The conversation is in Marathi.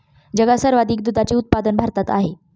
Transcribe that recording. जगात सर्वाधिक दुधाचे उत्पादन भारतात आहे